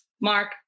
mark